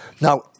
Now